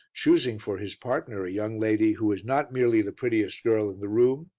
choosing for his partner a young lady who was not merely the prettiest girl in the room,